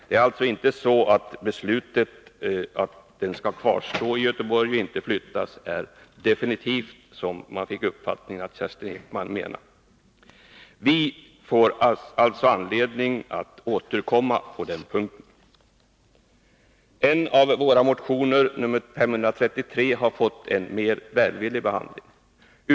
Det är alltså inte så att beslutet att den skall kvarstå i Göteborg och inte flyttas är definitivt, som man fick ett intryck av att Kerstin Ekman menade. Vi får alltså anledning att återkomma på den punkten. En av våra motioner, nr 533, har fått en mer välvillig behandling.